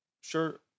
sure